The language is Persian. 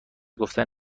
گفتن